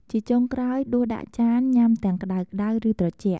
ជាចុងក្រោយ ដួសដាក់ចានញ៉ាំទាំងក្តៅៗ ឬត្រជាក់។